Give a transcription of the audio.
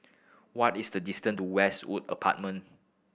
what is the distance to Westwood Apartment